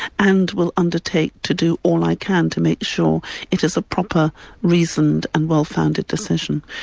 and will undertake to do all i can to make sure it is a proper reasoned and well-founded decision.